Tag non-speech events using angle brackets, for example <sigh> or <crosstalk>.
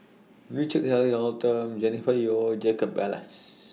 Richard Eric Holttum Jennifer Yeo and Jacob Ballas <noise>